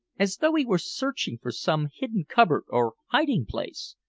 as though he were searching for some hidden cupboard or hiding place.